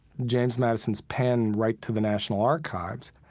james madison's pen right to the national archives.